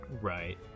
right